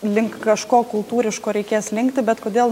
link kažko kultūriško reikės slinkti bet kodėl